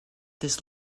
this